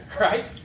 right